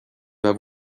vas